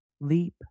leap